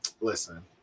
Listen